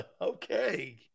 Okay